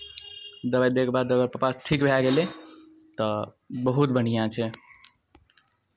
दबाइ दैके बाद दबाइसँ पप्पा ठीक भए गेलै तऽ बहुत बढ़िआँ छै